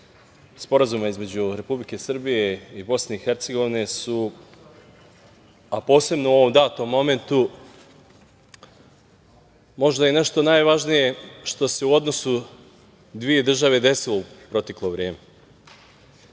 Sporazuma između Republike Srbije i Bosne i Hercegovine, a posebno u ovom datom momentu, možda i nešto najvažnije što se u odnosu dve države desilo u proteklo vreme. Da